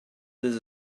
this